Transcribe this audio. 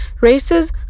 races